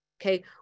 Okay